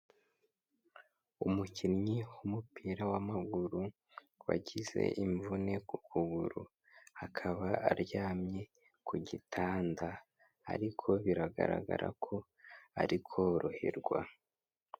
Umukinnyi w'umupira w'amaguru wagize imvune ku kuguru, akaba aryamye ku gitanda ariko biragaragara ko ari koroherwa.